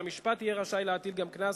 בית-המשפט יהיה רשאי להטיל גם קנס